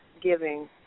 giving